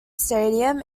stadium